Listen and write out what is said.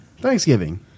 Thanksgiving